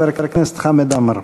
חבר הכנסת חמד עמאר.